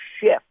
shift